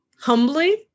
humbly